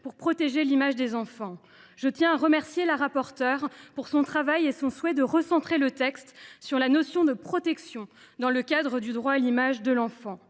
pour protéger l’image des enfants. Je tiens à remercier la rapporteure de son travail et de son souhait de recentrer le texte sur la notion de protection dans le cadre du droit à l’image de l’enfant.